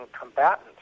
combatants